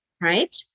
right